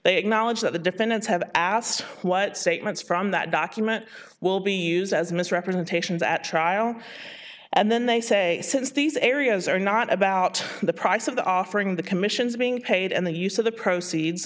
they acknowledge that the defendants have asked what statements from that document will be used as misrepresentations at trial and then they say since these areas are not about the price of the offering the commissions being paid and the use of the proceeds